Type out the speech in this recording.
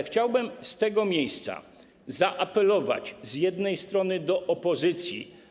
Chciałbym z tego miejsca zaapelować z jednej strony do opozycji.